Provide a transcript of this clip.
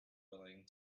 willing